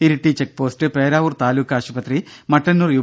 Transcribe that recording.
Iritty check post Peravoor taluk ആശുപത്രി Mattannur U